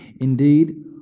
Indeed